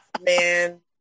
man